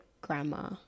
grandma